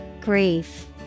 Grief